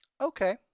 Okay